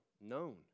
known